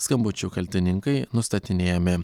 skambučių kaltininkai nustatinėjami